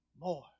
more